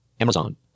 Amazon